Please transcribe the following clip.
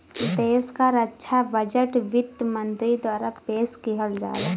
देश क रक्षा बजट वित्त मंत्री द्वारा पेश किहल जाला